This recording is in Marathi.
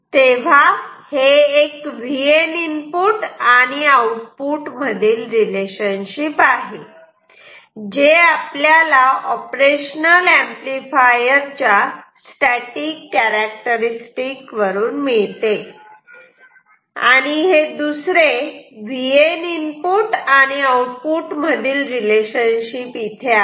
तेव्हा हे एक Vn इनपुट आणि आउटपुट मधील रिलेशनशिप आहे जे आपल्याला ऑपरेशनल ऍम्प्लिफायर च्या स्टॅटिक कॅरेक्टरस्टिक्स वरून मिळते आणि हे दुसरे Vn इनपुट आणि आउटपुट मधील रिलेशनशिप इथे आहे